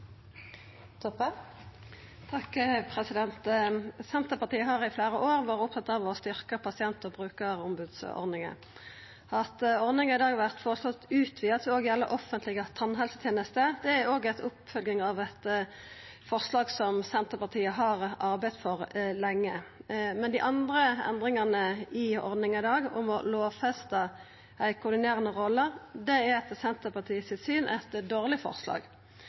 Senterpartiet har i fleire år vore opptatt av å styrkja pasient- og brukarombodsordninga. At ordninga i dag vert føreslått utvida til òg å gjelda offentleg tannhelseteneste, er ei oppfølging av eit forslag som Senterpartiet har arbeidd for lenge. Men ei anna av endringane i ordninga i dag, å lovfesta ei koordinerande rolle, er etter Senterpartiet sitt syn eit dårleg forslag.